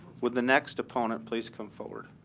would the next opponent please come forward?